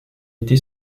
été